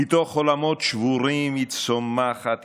// מתוך עולמות שבורים היא צומחת,